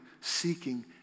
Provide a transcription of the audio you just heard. seeking